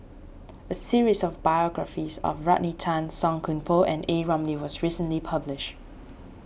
a series of biographies about Rodney Tan Song Koon Poh and A Ramli was recently published